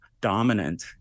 dominant